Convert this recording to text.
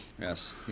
Yes